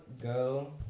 go